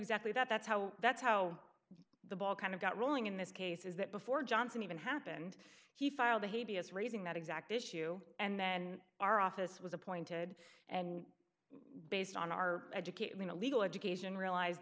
exactly that that's how that's how the ball kind of got rolling in this case is that before johnson even happened he filed a hey b s raising that exact issue and then our office was appointed and based on our educate legal education realize